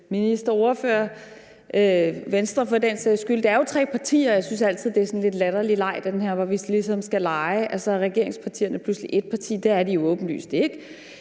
minister og ordfører og Venstre, for den sags skyld. Det er jo tre partier. Jeg synes altid, det er en sådan lidt latterlig leg, at vi ligesom skal lege, at regeringspartierne pludselig er et parti. Det er de åbenlyst ikke.